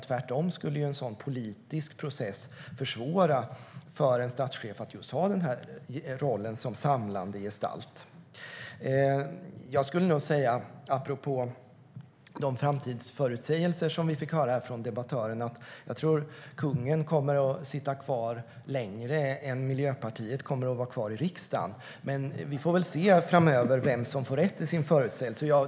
Tvärtom skulle en sådan politisk process försvåra för en statschef att ha just den här rollen som samlande gestalt. Apropå de framtidsförutsägelser som vi fick höra här från debattören tror jag att kungen kommer att sitta kvar längre än Miljöpartiet kommer att vara kvar i riksdagen. Men vi får väl se framöver vem som får rätt i sin förutsägelse.